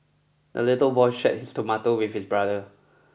the little boy shared his tomato with his brother